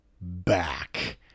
back